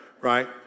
Right